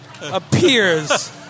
appears